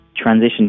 Transition